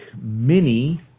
Mini